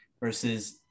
versus